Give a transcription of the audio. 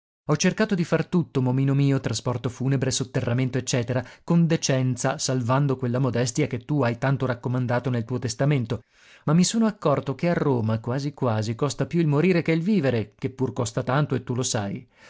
ho cercato di far tutto momino mio trasporto funebre sotterramento eccetera con decenza salvando quella modestia che tu hai tanto raccomandato nel tuo testamento ma mi sono accorto che a roma quasi quasi costa più il morire che il vivere che pur costa tanto e tu lo sai